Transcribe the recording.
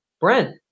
Brent